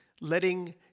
letting